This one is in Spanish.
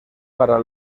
para